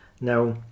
Now